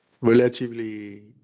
relatively